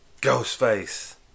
Ghostface